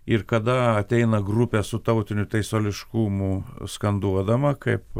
ir kada ateina grupė su tautiniu teisuoliškumu skanduodama kaip